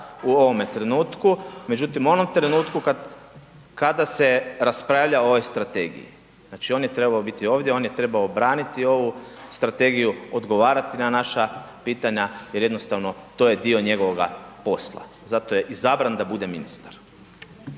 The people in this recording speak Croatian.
u ovome trenutku, međutim u onom trenutku kada se raspravlja o ovoj strategiji. Znači on je trebao biti ovdje, on je trebao braniti ovu strategiju, odgovarati na naša pitanja jer jednostavno to je dio njegovoga posla, zato je izabran da bude ministar.